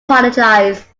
apologize